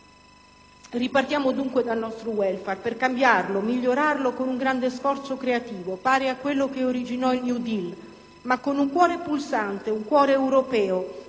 Ripartiamo dunque dal nostro *welfare* per cambiarlo, migliorarlo con un grande sforzo creativo pari a quello che originò il *New Deal*, ma con un cuore pulsante, un cuore europeo